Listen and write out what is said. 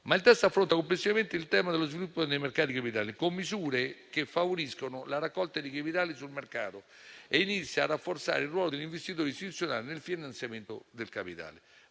Il testo affronta complessivamente il tema dello sviluppo dei mercati dei capitali, con misure che favoriscono la raccolta di capitali sul mercato e inizia a rafforzare il ruolo dell'investitore istituzionale nel finanziamento del capitale.